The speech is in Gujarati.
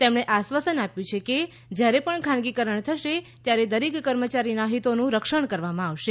તેમણે આશ્વાસન આપ્યું છે કે જ્યારે પણ ખાનગીકરણ થશે ત્યારે દરેક કર્મચારીના હિતોનું રક્ષણ કરવામાં આવશે